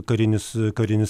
karinis karinis